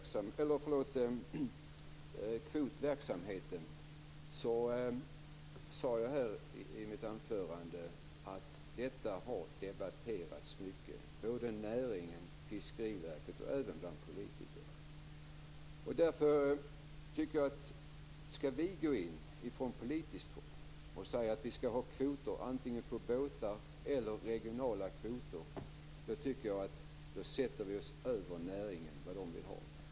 Jag sade i mitt anförande att frågan om kvoter har debatterats mycket hos näringen, Fiskeriverket och även bland politiker. Om vi skall gå in från politiskt håll och säga att det antingen skall vara kvoter på båtar eller regionala kvoter tycker jag att vi sätter oss över näringen.